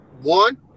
One